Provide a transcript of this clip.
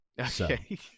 Okay